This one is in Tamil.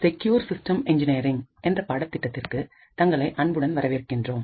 செக்யூர் சிஸ்டம்ஸ் இன்ஜினியரிங் என்ற பாடத்திட்டத்திற்கு தங்களை அன்புடன் வரவேற்கின்றோம்